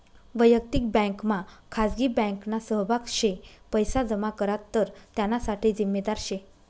वयक्तिक बँकमा खाजगी बँकना सहभाग शे पैसा जमा करात तर त्याना साठे जिम्मेदार शे